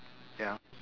ya